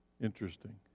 Interesting